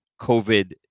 COVID